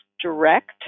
direct